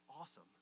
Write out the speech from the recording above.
awesome